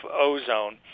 ozone